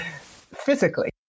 physically